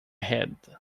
head